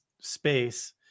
space